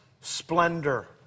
splendor